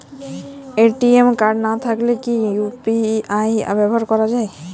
ATM card না থাকলে কি ইউ.পি.আই ব্যবহার করা য়ায়?